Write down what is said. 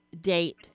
date